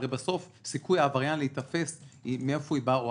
הרי בסוף סיכוי העבריין להיתפס או ההרתעה,